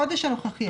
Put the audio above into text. החודש הנוכחי,